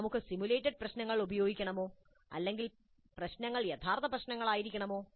നമുക്ക് സിമുലേറ്റഡ് പ്രശ്നങ്ങൾ ഉപയോഗിക്കണമോ അല്ലെങ്കിൽ പ്രശ്നങ്ങൾ യഥാർത്ഥ പ്രശ്നങ്ങളായിരിക്കണമോ